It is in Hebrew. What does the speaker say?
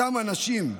אותם אנשים,